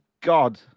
God